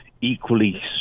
equally